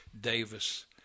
Davis